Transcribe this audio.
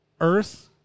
Earth